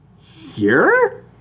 sure